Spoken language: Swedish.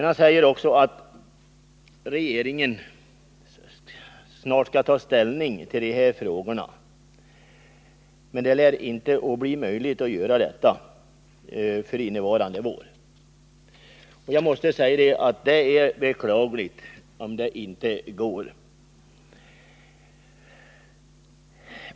Han säger även att regeringen snart skall ta ställning till dessa frågor men att det inte lär bli möjligt att genomföra en förändring redan till denna vår. Jag måste säga att det är beklagligt om det inte går.